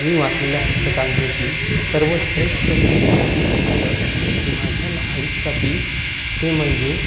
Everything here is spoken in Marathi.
मी वाचलेल्या पुस्तकांपैकी सर्वश्रेष्ठ पुस्तक की माझ्या ल आयुष्यातील ते म्हणजे